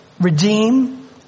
redeem